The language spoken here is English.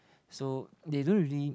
so they don't really